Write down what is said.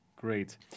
Great